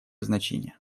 значение